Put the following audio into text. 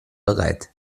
bereit